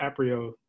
Aprio